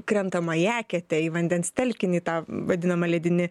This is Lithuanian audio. krentama į eketę į vandens telkinį tą vadinamą ledinį